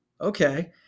okay